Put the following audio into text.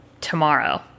tomorrow